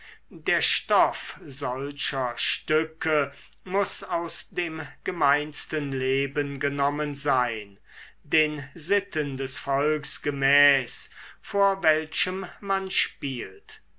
der stoff solcher stücke muß aus dem gemeinsten leben genommen sein den sitten des volks gemäß vor welchem man spielt